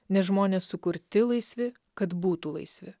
nes žmonės sukurti laisvi kad būtų laisvi